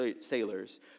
sailors